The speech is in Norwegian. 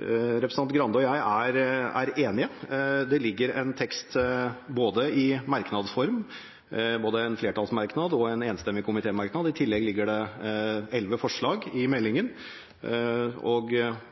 representanten Grande og jeg er enige. Det foreligger en tekst i merknads form – både en flertallsmerknad og en enstemmig komitémerknad. I tillegg ligger det tolv forslag til vedtak i innstillingen. Åtte av disse er det enstemmighet om, de andre står et bredt flertall bak. Og